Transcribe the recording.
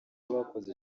abakoze